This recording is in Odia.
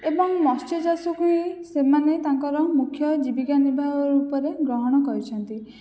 ଏବଂ ମତ୍ସ୍ୟଚାଷକୁ ହିଁ ସେମାନେ ତାଙ୍କର ମୁଖ୍ୟ ଜୀବିକା ନିର୍ବାହ ରୂପରେ ଗ୍ରହଣ କରିଛନ୍ତି